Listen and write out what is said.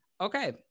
okay